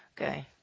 Okay